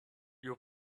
you